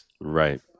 right